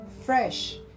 fresh